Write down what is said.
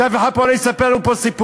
שאף אחד פה לא יספר לנו פה סיפורים.